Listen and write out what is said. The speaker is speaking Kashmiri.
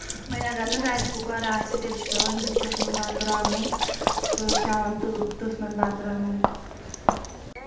وۄنۍ اگر نہٕ رایِس کُکر آسہِ تیٚلہِ چھُ پیٚوان دِکچس منٛز بَتہٕ رَنُن تہٕ پیٚوان تہٕ تٔتھۍ منٛز بَتہٕ رَنُن